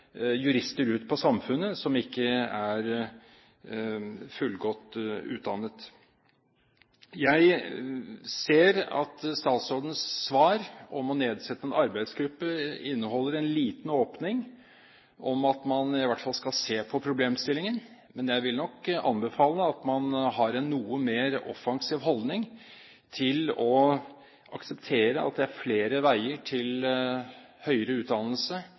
jurister ut i samfunnet som ikke har fullgod utdannelse. Jeg ser at statsrådens svar om å nedsette en arbeidsgruppe inneholder en liten åpning om at man i hvert fall skal se på problemstillingen. Men jeg vil nok anbefale at man har en noe mer offensiv holdning til å akseptere at det er flere veier til høyere utdannelse